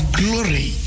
glory